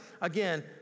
again